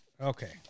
Okay